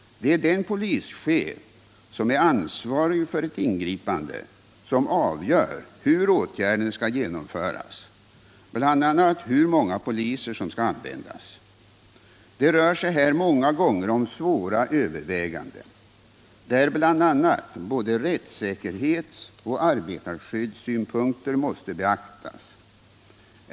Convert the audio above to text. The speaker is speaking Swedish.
Det är den polischef som är ansvarig för ett ingripande som avgör hur åtgärden skall genomföras, bl.a. hur många poliser som skall användas. Det rör sig här många gånger om svåra överväganden, där bl.a. både rättssäkerhets och arbetarskyddssynpunkter måste beaktas.